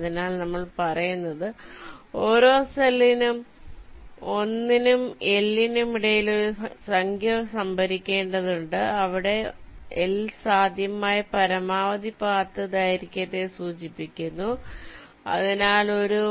അതിനാൽ നമ്മൾ പറയുന്നത് ഓരോ സെല്ലിനും 1 നും L നും ഇടയിൽ ഒരു സംഖ്യ സംഭരിക്കേണ്ടതുണ്ട് അവിടെ L സാധ്യമായ പരമാവധി പാത്ത് ദൈർഘ്യത്തെ സൂചിപ്പിക്കുന്നു അതിനാൽ ഒരു